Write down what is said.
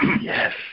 Yes